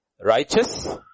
righteous